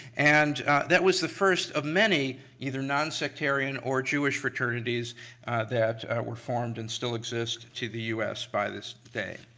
and that was the first of many either nonsectarian or jewish fraternities that were formed and still exist to the us by this day.